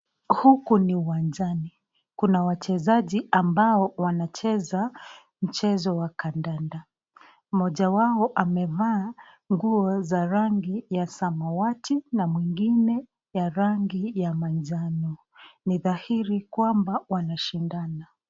Huku ni uwanjani, kuna wachezaji ambao wanacheza mchezo wa kandanda. Moja wao amevaa nguo za rangi ya samawati na mwingine ya rangi ya manjano. Ni dhahiri kwamba wanashindana.